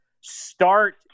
start